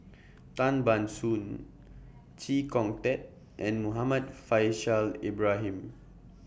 Tan Ban Soon Chee Kong Tet and Muhammad Faishal Ibrahim